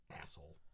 asshole